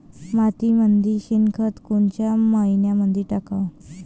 मातीमंदी शेणखत कोनच्या मइन्यामंधी टाकाव?